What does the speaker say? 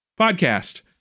Podcast